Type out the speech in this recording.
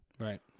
Right